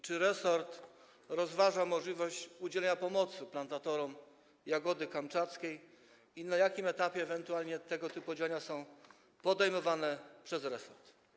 Czy resort rozważa możliwość udzielenia pomocy plantatorom jagody kamczackiej i na jakim etapie są ewentualne tego typu działania podejmowane przez resort?